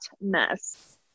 mess